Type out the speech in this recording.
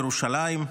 יום ירושלים.